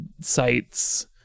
sites